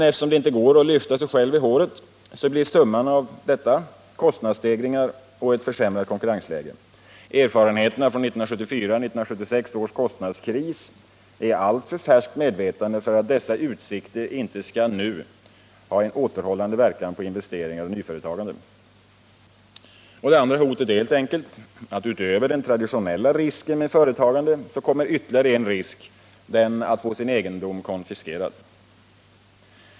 Eftersom det inte går att lyfta sig i håret, blir summan av detta kostnadsstegringar och ett försämrat konkurrensläge. Erfarenheterna av 1974-1976 års kostnadskris är i alltför färskt medvetande för att dessa utsikter inte nu skall ha en återhållande verkan på investeringar och nyföretagande. Det andra hotet är helt enkelt att utöver den traditionella risken med företagande kommer ytterligare en risk — den att få sin egendom konfiskerad.